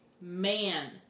man